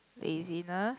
laziness